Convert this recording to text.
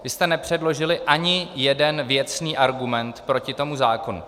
Vy jste nepředložili ani jeden věcný argument proti tomu zákonu.